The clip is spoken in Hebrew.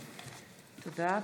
תודה.